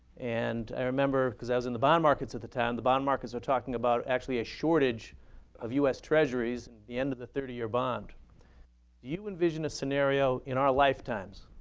and i remember, because i was in the bond markets at the time, the bond markets were talking about, actually, a shortage of us treasuries in the end of the thirty year bond. do you envision a scenario, in our lifetimes,